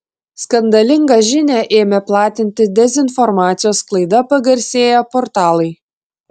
skandalingą žinią ėmė platinti dezinformacijos sklaida pagarsėję portalai